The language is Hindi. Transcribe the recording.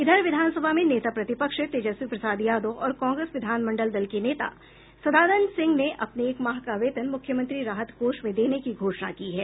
इधर विधानसभा में नेता प्रतिपक्ष तेजस्वी प्रसाद यादव और कांग्रेस विधानमंडल दल के नेता सदानंद सिंह ने अपने एक माह का वेतन मुख्यमंत्री राहत कोष में देने की घोषणा की है